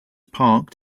parked